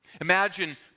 Imagine